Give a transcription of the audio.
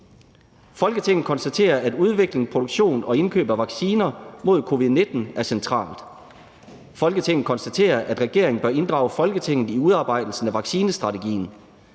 »Folketinget konstaterer, at udvikling, produktion og indkøb af vacciner mod covid-19 er centralt. Folketinget konstaterer, at regeringen bør inddrage Folketinget i udarbejdelse af vaccinestrategien.